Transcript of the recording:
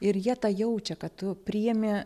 ir jie tą jaučia kad tu priemi